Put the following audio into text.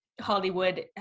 hollywood